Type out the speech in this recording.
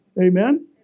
Amen